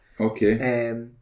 Okay